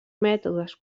mètodes